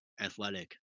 athletic